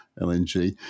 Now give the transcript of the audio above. LNG